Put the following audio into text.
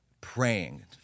praying